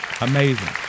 amazing